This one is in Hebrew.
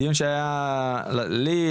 דיון שהיה לי,